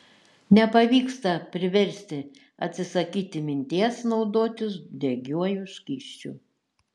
nepavyksta priversti atsisakyti minties naudotis degiuoju skysčiu